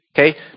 Okay